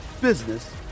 business